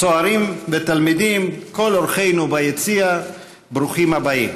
צוערים ותלמידים, כל אורחינו ביציע, ברוכים הבאים.